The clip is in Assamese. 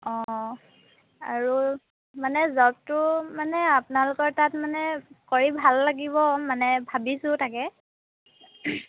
অঁ অঁ আৰু মানে জবটো মানে আপোনালোকৰ তাত মানে কৰি ভাল লাগিব মানে ভাবিছো তাকে